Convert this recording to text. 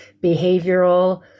behavioral